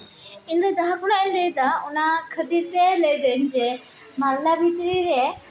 ᱤᱧᱫᱚ ᱡᱟᱦᱟᱸ ᱠᱷᱚᱱᱟᱜ ᱤᱧ ᱞᱟᱹᱭᱫᱟ ᱚᱱᱟ ᱠᱷᱟᱹᱛᱤᱨ ᱛᱮ ᱞᱟᱹᱭᱫᱟᱹᱧ ᱡᱮ ᱢᱟᱞᱫᱟ ᱵᱷᱤᱛᱨᱤ ᱨᱮ